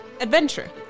adventure